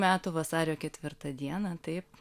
metų vasario ketvirtą dieną taip